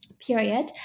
Period